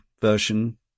version